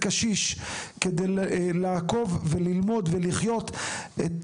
אם צריך לישון בבית קשיש כדי לעקוב וללמוד ולחיות את